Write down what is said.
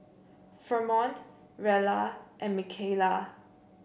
Fremont Rella and Micayla